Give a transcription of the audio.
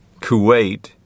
Kuwait